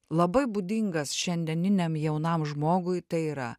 labai būdingas šiandieniniam jaunam žmogui tai yra